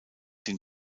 den